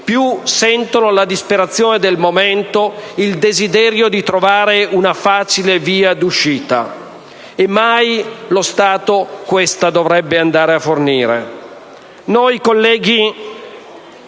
e avvertono la disperazione del momento, il desiderio di trovare una facile via d'uscita, che mai lo Stato dovrebbe fornire.